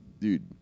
Dude